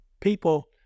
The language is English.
people